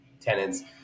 tenants